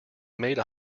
made